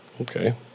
Okay